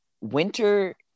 Winter